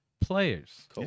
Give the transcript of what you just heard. players